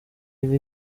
yiga